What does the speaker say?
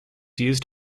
used